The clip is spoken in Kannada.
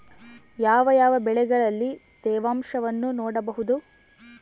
ಯಾವ ಯಾವ ಬೆಳೆಗಳಲ್ಲಿ ತೇವಾಂಶವನ್ನು ನೋಡಬಹುದು?